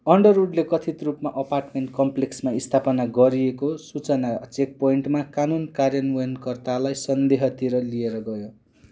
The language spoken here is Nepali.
अन्डरवुडले कथित रूपमा अपार्टमेन्ट कम्प्लेक्समा स्थापना गरिएको सूचना चेकपोइन्टमा कानुन कार्यान्वयनकर्तालाई सन्देहतिर लिएर गयो